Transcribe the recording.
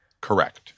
correct